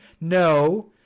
No